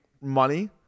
money